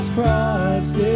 Christ